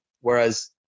whereas